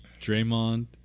Draymond